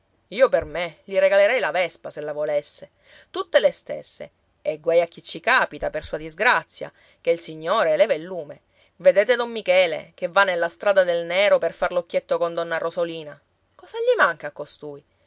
io per me gli regalerei la vespa se la volesse tutte le stesse e guai a chi ci capita per sua disgrazia che il signore leva il lume vedete don michele che va nella strada del nero per far l'occhietto con donna rosolina cosa gli manca a costui